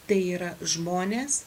tai yra žmonės